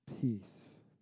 peace